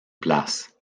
place